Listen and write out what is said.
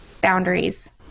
boundaries